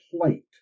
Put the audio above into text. plate